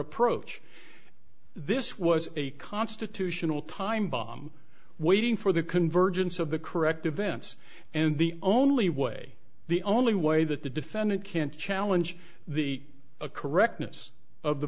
approach this was a constitutional time bomb waiting for the convergence of the correct events and the only way the only way that the defendant can challenge the correctness of the